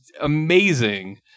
amazing